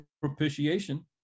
propitiation